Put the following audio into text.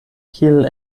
kiel